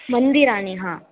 मन्दिराणि हा